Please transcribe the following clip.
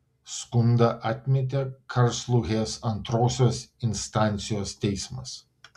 skundą atmetė karlsrūhės antrosios instancijos teismas